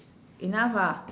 enough ah